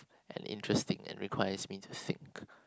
and interesting and requires me to think